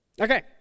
Okay